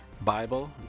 bible